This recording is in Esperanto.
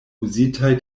uzitaj